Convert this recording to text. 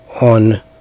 on